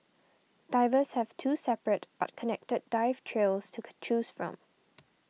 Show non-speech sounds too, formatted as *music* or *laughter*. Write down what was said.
divers have two separate but connected dive trails to *unintelligible* choose from